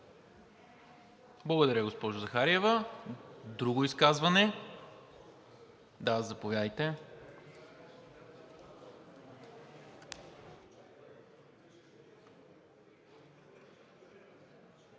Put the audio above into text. Благодаря, госпожо Захариева. Друго изказване? Заповядайте,